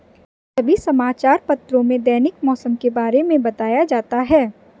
सभी समाचार पत्रों में दैनिक मौसम के बारे में बताया जाता है